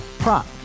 Prop